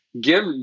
give